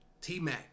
T-Mac